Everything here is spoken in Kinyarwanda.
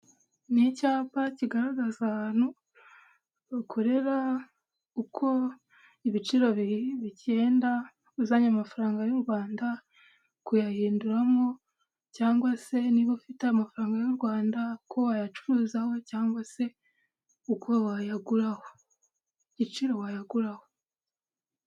N'icyapa kigaragaza ahantu bakorera uko ibiciro bibiri bigendanda uzanye amafaranga y'u Rwanda kuyahinduramo cyangwa se niba ufite amafaranga y'u Rwanda uko wayacuruzaho cyangwa se uko wayaguraho igiciro wayaguraho.